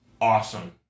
awesome